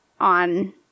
on